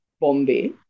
Bombay